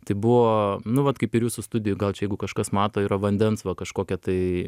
tai buvo nu vat kaip ir jūsų studijoj gal čia jeigu kažkas mato yra vandens va kažkokia tai